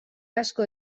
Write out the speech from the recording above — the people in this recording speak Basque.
asko